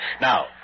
Now